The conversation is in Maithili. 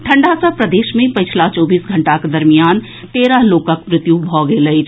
ठंढ़ा सँ प्रदेश मे पछिला चौबीस घंटाक दरमियान तेरह लोकक मृत्यु भेल अछि